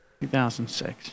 2006